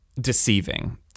deceiving